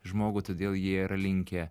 žmogų todėl jie yra linkę